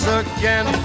again